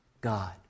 God